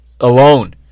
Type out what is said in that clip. alone